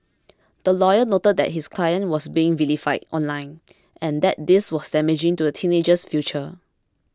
the lawyer noted that his client was being vilified online and that this was damaging to the teenager's future